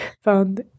found